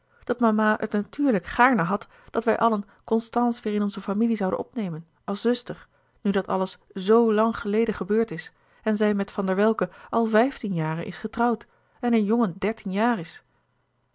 dat mama het natuurlijk gaarne had dat wij allen constance weêr in onze familie zouden opnemen als zuster nu dat alles zo lang geleden gebeurd is en zij met van der welcke al vijftien jaren is getrouwd en hun jongen dertien jaar is